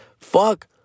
fuck